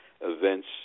events